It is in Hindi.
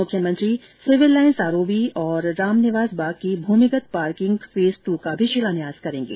मुख्यमंत्री सिविल लाइन्स आरबोबी और रामनिवास बाग की भूमिगत पार्किंग फेज दू का भी शिलान्यास करेंगे